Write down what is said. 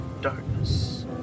darkness